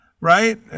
right